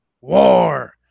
War